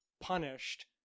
punished